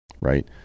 right